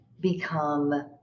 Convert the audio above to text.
become